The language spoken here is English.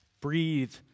Breathe